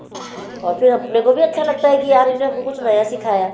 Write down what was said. और फिर अपने के भी अच्छा लगता है कि यार इन्होंने हमको कुछ नया सिखाया